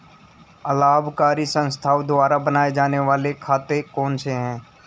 अलाभकारी संस्थाओं द्वारा बनाए जाने वाले खाते कौन कौनसे हैं?